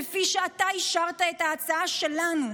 כפי שאתה אישרת את ההצעה שלנו,